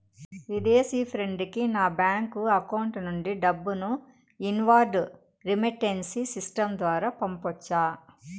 విదేశీ ఫ్రెండ్ కి నా బ్యాంకు అకౌంట్ నుండి డబ్బును ఇన్వార్డ్ రెమిట్టెన్స్ సిస్టం ద్వారా పంపొచ్చా?